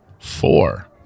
Four